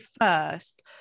first